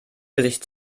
gesicht